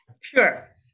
Sure